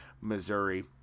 Missouri